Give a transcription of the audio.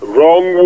Wrong